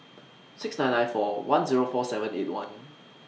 six nine nine four one Zero four seven eight one